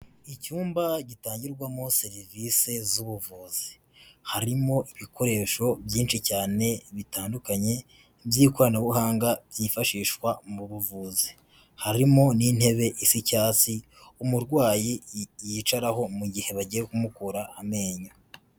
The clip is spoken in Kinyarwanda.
Icyumba gitangirwamo serivise z'ubuvuzi. Harimo ibikoresho byinshi cyane bitandukanye, by'ikoranabuhanga byifashishwa mu buvuzi. Harimo n'intebe isi icyasi, umurwayi yicaraho mu gihe bagiye kumukura amenyo.